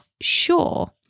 sure